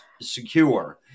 secure